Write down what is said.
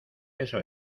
eso